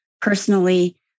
Personally